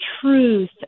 truth